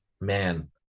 man